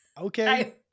Okay